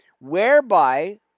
Whereby